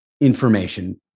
information